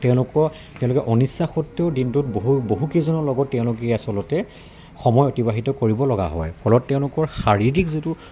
তেওঁলোক তেওঁলোকে অনিশ্চা সত্বেও দিনটোত বহু বহুকেইজনৰ লগত তেওঁলোকেই আচলতে সময় অতিবাহিত কৰিব লগা হয় ফলত তেওঁলোকৰ শাৰীৰিক যিটো